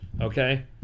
okay